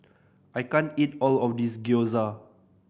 I can't eat all of this Gyoza